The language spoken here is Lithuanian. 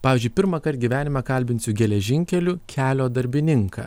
pavyzdžiui pirmąkart gyvenime kalbinsiu geležinkelių kelio darbininką